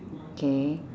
okay